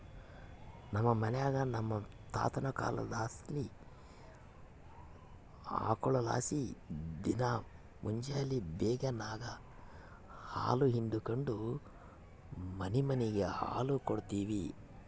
ನಮ್ ಮನ್ಯಾಗ ನಮ್ ತಾತುನ ಕಾಲದ್ಲಾಸಿ ಆಕುಳ್ಗುಳಲಾಸಿ ದಿನಾ ಮುಂಜೇಲಿ ಬೇಗೆನಾಗ ಹಾಲು ಹಿಂಡಿಕೆಂಡು ಮನಿಮನಿಗ್ ಹಾಲು ಕೊಡ್ತೀವಿ